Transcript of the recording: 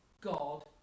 God